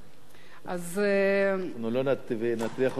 אנחנו לא נטריח אותך עוד פעם.